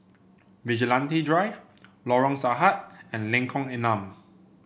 Vigilante Drive Lorong Sahad and Lengkong Enam